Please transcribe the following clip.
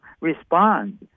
respond